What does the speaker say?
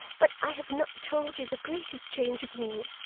but i have not told you the greatest change of all,